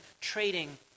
trading